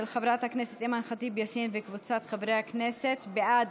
של חברת הכנסת אימאן ח'טיב יאסין וקבוצת חברי הכנסת: בעד,